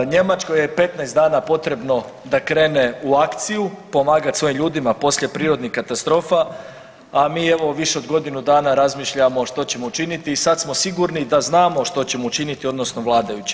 U Njemačkoj je 15 dana potrebno da krene u akciju pomagati svojim ljudima poslije prirodnih katastrofa, a mi evo više od godinu dana razmišljamo što ćemo učiniti i sada smo sigurni da znamo što ćemo učiniti odnosno vladajući.